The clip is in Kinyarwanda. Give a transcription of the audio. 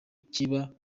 kiba